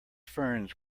ferns